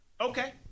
okay